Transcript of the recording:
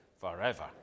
forever